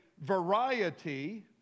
variety